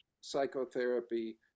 psychotherapy